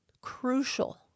Crucial